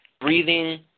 breathing